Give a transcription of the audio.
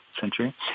century